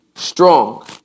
Strong